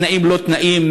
התנאים לא תנאים,